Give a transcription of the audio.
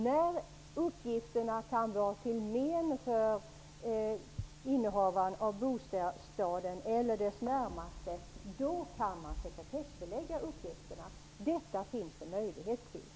När uppgifterna kan vara till men för innehavaren av bostaden eller för dess närmaste, kan man sekretessbelägga uppgifterna. Detta finns det möjligheter till.